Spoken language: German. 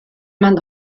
man